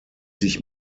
sich